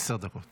עשר דקות